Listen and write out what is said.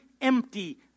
empty